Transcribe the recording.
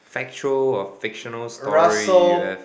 factual or fictional story you have